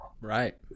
Right